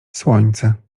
słońce